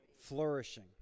Flourishing